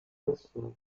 pessoas